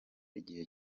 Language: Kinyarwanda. igihe